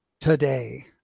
today